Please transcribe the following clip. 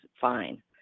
fine